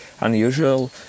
unusual